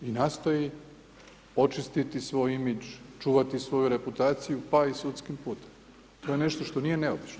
I nastoji očistiti svoj imidž, čuvati svoju reputaciju pa i sudskim putem, to je nešto što nije neobično.